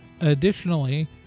Additionally